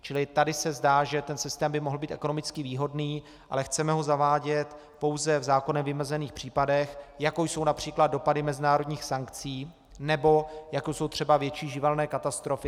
Čili tady se zdá, že ten systém by mohl být ekonomicky výhodný, ale chceme ho zavádět pouze v zákonem vymezených případech, jakou jsou například dopady mezinárodních sankcí, nebo jako jsou třeba větší živelné katastrofy.